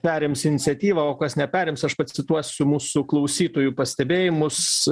perims iniciatyvą o kas neperims aš pacituosiu mūsų klausytojų pastebėjimus